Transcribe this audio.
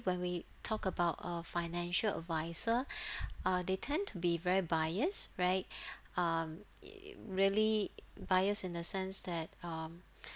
when we talk about a financial advisor uh they tend to be very biased right um it it really biased in the sense that um